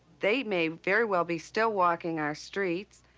they may very well be still walking our streets.